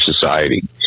society